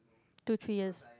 two three years